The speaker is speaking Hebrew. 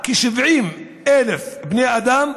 שירותים לכ-70,000 בני אדם,